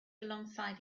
alongside